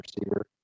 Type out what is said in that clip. receiver